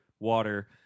Water